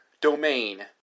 domain